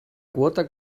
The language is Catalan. quota